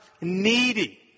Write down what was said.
needy